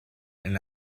and